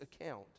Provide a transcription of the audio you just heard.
account